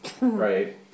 right